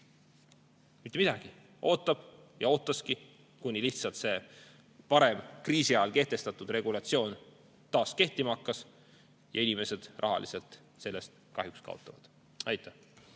Mitte midagi! Ootab. Ja ootaski, kuni lihtsalt see varem, kriisi ajal kehtestatud regulatsioon taas kehtima hakkas. Inimesed rahaliselt sellest kahjuks kaotavad. Andrei